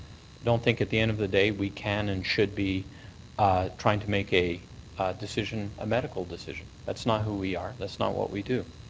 don't think at the end of the day we can and should be trying to make a decision a medical decision that's not who we are. that's not what we do.